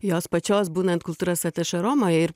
jos pačios būnant kultūros atašė romoje ir